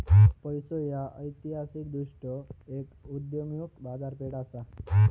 पैसो ह्या ऐतिहासिकदृष्ट्यो एक उदयोन्मुख बाजारपेठ असा